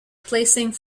placing